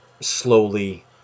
slowly